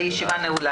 הישיבה ננעלה